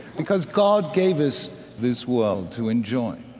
because god gave us this world to enjoy